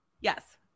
Yes